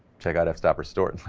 check out fstopers store.